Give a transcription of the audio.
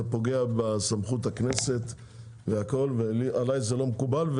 זה פוגע בסמכות הכנסת ועלי זה לא מקובל.